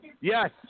Yes